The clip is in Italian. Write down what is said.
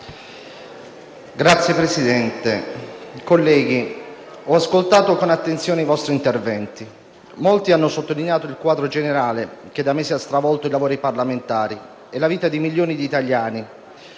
Signor Presidente, colleghi, ho ascoltato con attenzione gli interventi, in molti dei quali è stato sottolineato il quadro generale che da mesi ha stravolto i lavori parlamentari e la vita di milioni di italiani